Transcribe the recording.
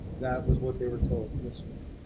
that was what they were told, yes, sir.